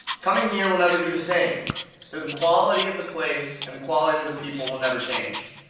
coming here will never be the same, though the quality of the place and the quality of the people will never change.